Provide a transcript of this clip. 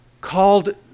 called